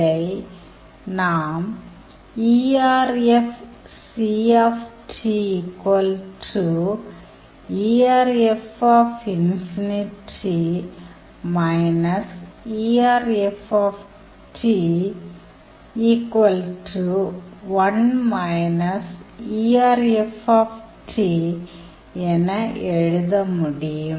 இதை நாம் என எழுத முடியும்